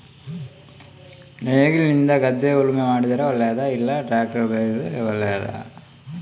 ನೇಗಿಲಿನಿಂದ ಗದ್ದೆ ಉಳುಮೆ ಮಾಡಿದರೆ ಒಳ್ಳೆಯದಾ ಇಲ್ಲ ಟ್ರ್ಯಾಕ್ಟರ್ ಉಪಯೋಗ ಮಾಡಿದರೆ ಒಳ್ಳೆಯದಾ?